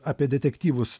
apie detektyvus